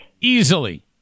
Easily